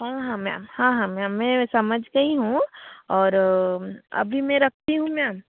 हाँ हाँ मैम हाँ हाँ मैम मैं समझ गई हूँ और अभी मैं रखती हूँ मैम